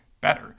better